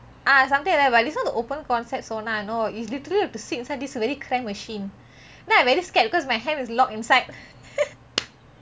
ah something like that but this one is open concept sauna you know you literally have to sit inside this very cram machine then I very scared because my hand is locked inside